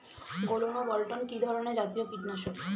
গোলন ও বলটন কি ধরনে জাতীয় কীটনাশক?